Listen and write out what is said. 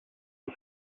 was